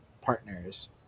partners